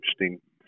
interesting